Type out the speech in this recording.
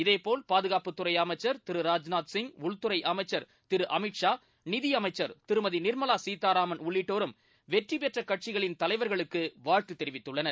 இதேபோல் பாதுகாப்புத்துறை அமைச்சர் திரு ராஜ்நாத் சிங் உள்துறை அமைச்சர் திரு அமித் ஷா நிதியமைச்சர் திருமதி நிர்மலா சீதாராமன் உள்ளிட்டோரும் வெற்றி பெற்ற கட்சிகளின் தலைவர்களுக்கு வாழ்த்து தெரிவித்துள்ளனர்